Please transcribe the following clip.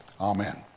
Amen